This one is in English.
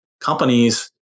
companies